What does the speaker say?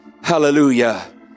hallelujah